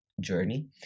journey